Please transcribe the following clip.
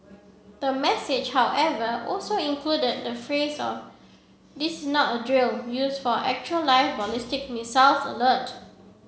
the message however also included the phrase of this is not a drill used for actual live ballistic missile alert